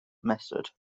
method